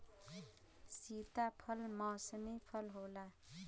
सीताफल मौसमी फल होला